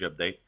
update